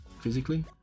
Physically